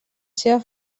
seva